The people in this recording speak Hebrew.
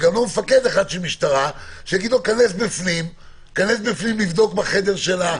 וגם לא מפקד משטרה שיגיד לו להיכנס פנימה לבדוק בחדר של החולה.